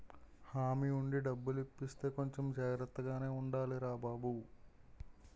హామీ ఉండి డబ్బులు ఇప్పిస్తే కొంచెం జాగ్రత్తగానే ఉండాలిరా బాబూ